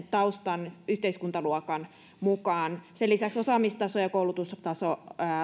taustan yhteiskuntaluokan mukaan sen lisäksi osaamistaso ja koulutustaso